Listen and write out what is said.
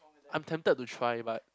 I'm tempted to try but